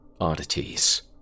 oddities